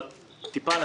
אבל נתחיל טיפה.